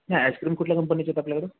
नाही आयस्क्रीम कुठल्या कंपनीचे आहेत आपल्याकडे